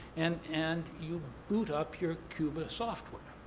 and and you boot up your cuba software.